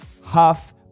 Huff